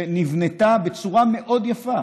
שנבנתה בצורה מאוד יפה